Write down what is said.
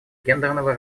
гендерного